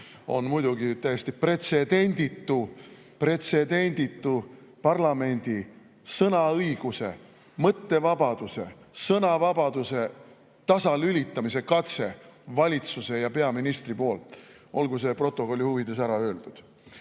oli muidugi täiesti pretsedenditu. Pretsedenditu parlamendi sõnaõiguse, mõttevabaduse, sõnavabaduse tasalülitamise katse valitsuse ja peaministri poolt. Olgu see protokolli huvides ära öeldud. Aga